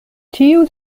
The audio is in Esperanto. tiu